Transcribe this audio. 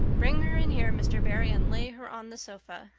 bring her in here, mr. barry, and lay her on the sofa.